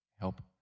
Help